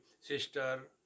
sister